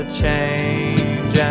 change